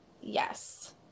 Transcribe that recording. Yes